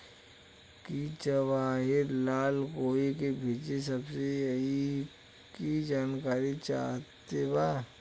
की जवाहिर लाल कोई के भेज सकने यही की जानकारी चाहते बा?